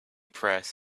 press